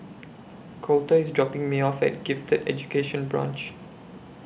Colter IS dropping Me off At Gifted Education Branch